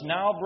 Now